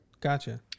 Gotcha